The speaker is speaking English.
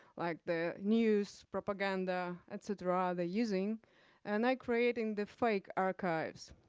like the news propaganda, et cetera, they're using and i creating the fake archives.